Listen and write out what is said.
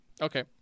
Okay